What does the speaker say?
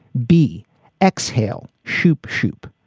b exhale. shoop, shoop.